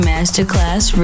Masterclass